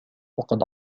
وقد